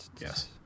Yes